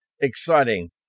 exciting